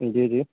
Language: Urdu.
جی جی